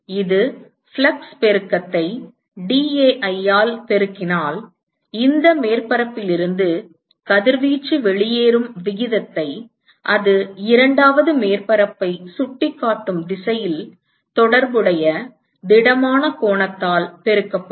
இது ஃப்ளக்ஸ் பெருக்கத்தை dAi ஆல் பெருக்கினால் இந்த மேற்பரப்பில் இருந்து கதிர்வீச்சு வெளியேறும் விகிதத்தை அது இரண்டாவது மேற்பரப்பை சுட்டிக்காட்டும் திசையில் தொடர்புடைய திடமான கோணத்தால் பெருக்கப்படும்